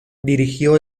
dirigió